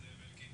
מזל שפינדרוס פה.